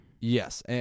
Yes